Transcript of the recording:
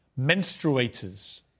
Menstruators